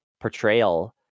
portrayal